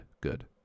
good